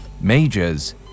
Majors